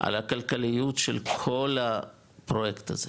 על הכלכליות של כל הפרויקט הזה,